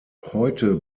heute